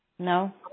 No